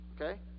Okay